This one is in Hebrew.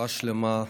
רפואה שלמה,